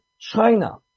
China